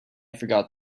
forgot